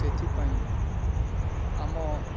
ସେଥିପାଇଁ ଆମ